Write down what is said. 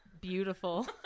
beautiful